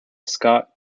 scott